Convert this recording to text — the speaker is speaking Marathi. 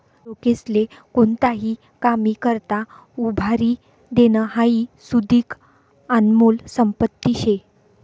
लोकेस्ले कोणताही कामी करता उभारी देनं हाई सुदीक आनमोल संपत्ती शे